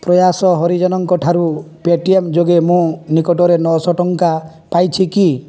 ପ୍ରୟାସ ହରିଜନଙ୍କ ଠାରୁ ପେଟିଏମ୍ ଯୋଗେ ମୁଁ ନିକଟରେ ନଅଶହ ଟଙ୍କା ପାଇଛି କି